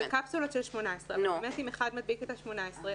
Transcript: אלה קפסולות של 18. אם אחד מדביק את ה-18,